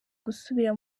gusubira